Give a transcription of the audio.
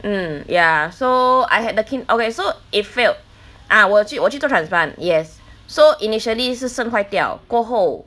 um ya so I had the kid~ okay so it failed ah 我去我去 transplant yes so initially 是肾坏掉过后